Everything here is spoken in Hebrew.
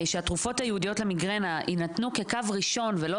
שהתרופות הייעודיות למיגרנה יינתנו כקו ראשון ולא